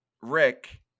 rick